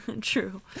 true